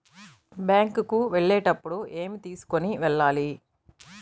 Bank కు వెళ్ళేటప్పుడు ఏమి తీసుకొని వెళ్ళాలి?